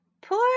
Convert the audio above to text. Poor